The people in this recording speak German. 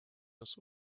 das